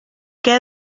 què